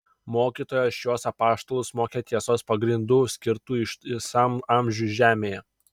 mokytojas šiuos apaštalus mokė tiesos pagrindų skirtų ištisam amžiui žemėje